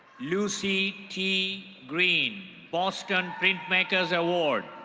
lucy t green, boston printmakers' award.